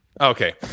Okay